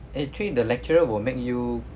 actually the lecturer will make you